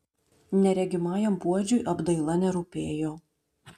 neregimajam puodžiui apdaila nerūpėjo